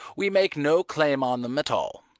we make no claim on them at all.